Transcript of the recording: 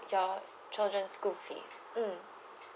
your children's school fee mm